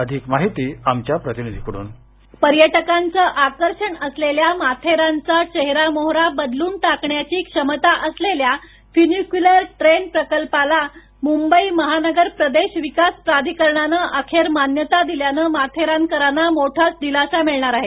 अधिक माहिती आमच्या प्रतिनिधीकडून स्क्रिप्ट पर्यटकांचे आकर्षण असलेल्या माथेरानचा चेहरा मोहरा बदलून टाकण्याची क्षमता असलेल्या फ्यूनिक्यूलर ट्रेन प्रकल्पाला मुंबई महानगर प्रदेश विकास प्राधिकरणाने अखेर मान्यता दिल्याने माथेरानकरांना मोठाच दिलासा मिळणार आहे